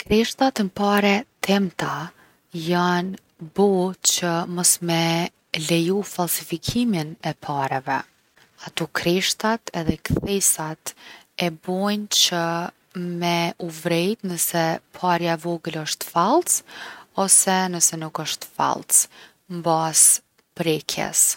Kreshtat n’pare t’imta jon bo që mos me leju falsifikimin e pareve. Ato kreshtat edhe kthesat e bojn që me u vrejt nëse parja e vogël osht fallc ose nëse nuk osht fallc, n’bazë t’prekjes.